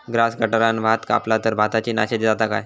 Grass कटराने भात कपला तर भाताची नाशादी जाता काय?